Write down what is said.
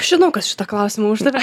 žinau kas šitą klausimą uždavė